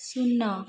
ଶୂନ